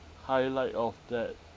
highlight of that